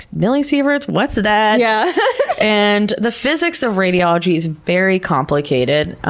millisieverts? what's that? yeah and the physics of radiology is very complicated. ah